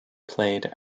played